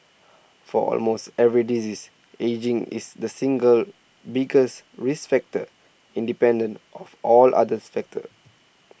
for almost every disease ageing is the single biggest risk factor independent of all other factors